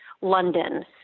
London